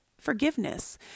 forgiveness